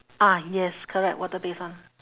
ah yes correct water based one